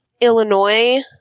Illinois